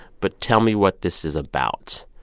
but tell me what this is about.